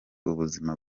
ubuzima